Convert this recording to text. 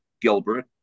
Gilbert